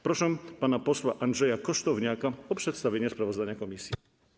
Proszę pana posła Andrzeja Kosztowniaka o przedstawienie sprawozdania komisji.